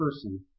person